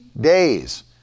days